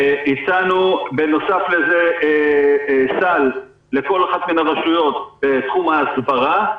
הצענו נוסף לזה סל לכל אחת מהרשויות בתחום ההסברה,